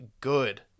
good